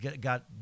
got